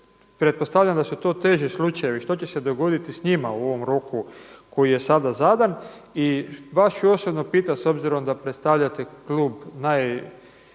pretpostavljam da su to teži slučajevi, što će se dogoditi s njima u ovom roku koji je sada zadan. I vas ću osobno pitati s obzirom da predstavljate klub najveće